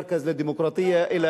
הכנסת הפכה ממרכז לדמוקרטיה למרכז